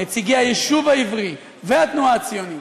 נציגי היישוב העברי והתנועה הציונית,